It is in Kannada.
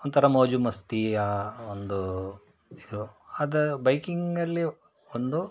ಒಂಥರ ಮೋಜು ಮಸ್ತಿಯ ಒಂದು ಇದು ಅದು ಬೈಕಿಂಗಲ್ಲಿ ಒಂದು